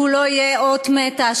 שלא יהיה אות מתה,